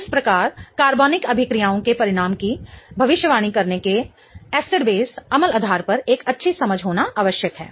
इस प्रकार कार्बनिक अभिक्रियाओं के परिणाम की भविष्यवाणी करने के एसिड बेस अम्ल आधार पर एक अच्छी समझ होना आवश्यक है